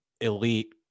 elite